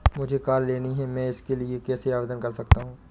मुझे कार लेनी है मैं इसके लिए कैसे आवेदन कर सकता हूँ?